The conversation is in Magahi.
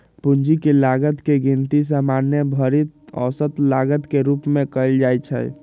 पूंजी के लागत के गिनती सामान्य भारित औसत लागत के रूप में कयल जाइ छइ